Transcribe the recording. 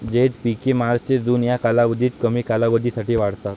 झैद पिके मार्च ते जून या कालावधीत कमी कालावधीसाठी वाढतात